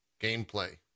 gameplay